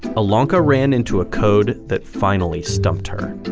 elonka ran into a code that finally stumped her.